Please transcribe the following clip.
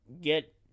Get